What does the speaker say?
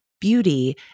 Beauty